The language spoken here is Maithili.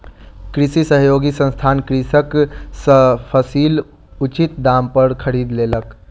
कृषि सहयोगी संस्थान कृषक सॅ फसील उचित दाम पर खरीद लेलक